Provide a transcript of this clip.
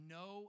no